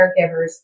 caregivers